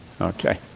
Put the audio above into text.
Okay